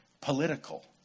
political